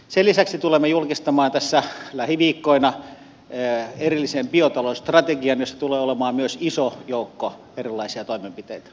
sen lisäksi tulemme julkistamaan tässä lähiviikkoina erillisen biotalousstrategian jossa tulee olemaan myös iso joukko erilaisia toimenpiteitä